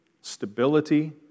stability